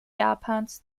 japans